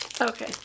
Okay